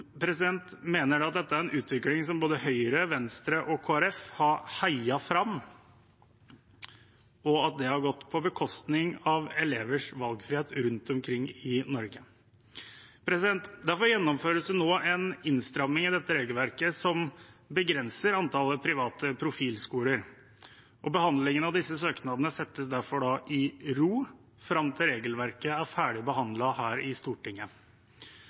mener dette er en utvikling som både Høyre, Venstre og Kristelig Folkeparti har heiet fram, og at det har gått på bekostning av elevers valgfrihet rundt omkring i Norge. Derfor gjennomføres det nå en innstramning i dette regelverket som begrenser antallet private profilskoler. Behandlingen av disse søknadene stilles derfor i bero fram til regelverket er ferdig behandlet her i Stortinget.